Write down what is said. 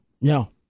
No